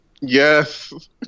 yes